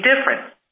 different